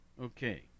Okay